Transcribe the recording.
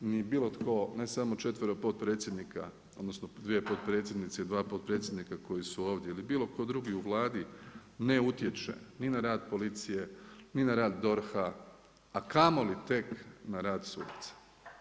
Moja Vlada ni bilo tko, ne samo četvero potpredsjednika, odnosno dvije potpredsjednice i dva potpredsjednika koji su ovdje ili bilo tko drugi u Vladi ne utječe ni na rad policije, ni na rad DORH-a a kamoli tek na rad sudaca.